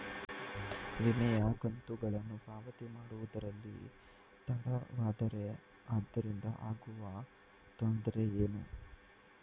ವಿಮೆಯ ಕಂತುಗಳನ್ನು ಪಾವತಿ ಮಾಡುವುದರಲ್ಲಿ ತಡವಾದರೆ ಅದರಿಂದ ಆಗುವ ತೊಂದರೆ ಏನು?